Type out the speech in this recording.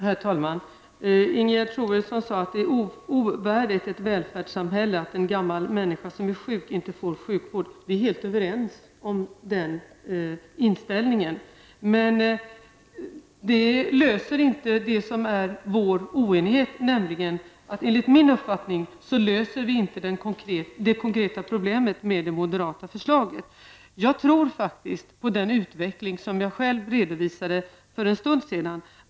Herr talman! Ingegerd Troedsson sade att det är ovärdigt ett välfärdssamhälle att en gammal människa som är sjuk inte får sjukvård. Där är vi helt överens. Men det löser inte oenigheten. Enligt min uppfattning löser vi nämligen inte det konkreta problemet med det moderata förslaget. Jag tror faktiskt på den utveckling som jag själv redovisade för en stund sedan.